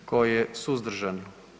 Tko je suzdržan?